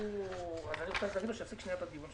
מתייחסים רק